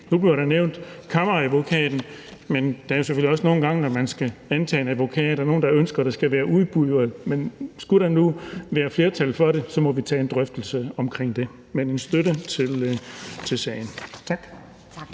Nu bliver Kammeradvokaten nævnt, men der er selvfølgelig også nogle gange, hvor man skal antage en advokat, nogle, der ønsker, at det skal i udbud. Men skulle der nu være flertal for det, må vi tage en drøftelse om det. Men vi giver støtte til sagen. Tak.